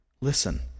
Listen